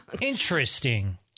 Interesting